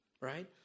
Right